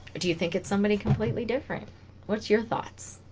do you think it's somebody completely different what's your thoughts